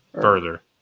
Further